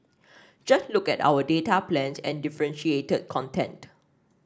just look at our data plans and differentiated content